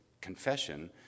confession